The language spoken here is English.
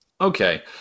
Okay